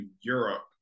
Europe